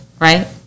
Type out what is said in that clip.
right